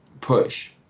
push